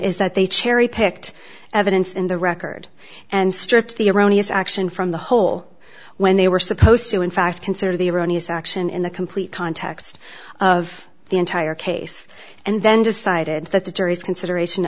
is that they cherry picked evidence in the record and stripped the erroneous action from the whole when they were supposed to in fact consider the erroneous action in the complete context of the entire case and then decided that the jury's consideration